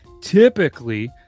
typically